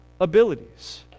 abilities